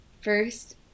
first